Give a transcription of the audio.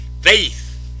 Faith